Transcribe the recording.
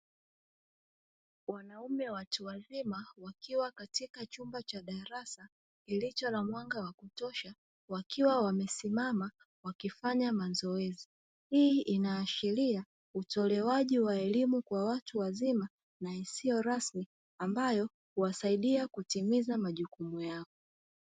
Wanaume watu wazima wakiwa katika chumba cha darasa kilicho na mwanga wa kutosha wakiwa wamesimama wakifanya mazoezi, hii inaashiria utolewaji wa elimu kwa watu wazima na isiyo rasmi ambayo huwasaidia kutimiza majukumu yao,